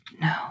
no